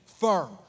firm